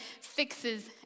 fixes